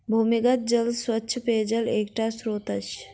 भूमिगत जल स्वच्छ पेयजलक एकटा स्त्रोत अछि